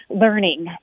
learning